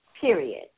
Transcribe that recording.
period